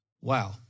Wow